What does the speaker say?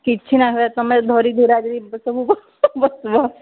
କିଛି ନାହିଁ ତୁମେ ଧରି ଧିରା ସବୁ ବସିବ